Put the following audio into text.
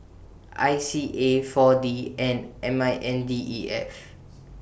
I C A four D and M I N D E F